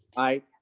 i.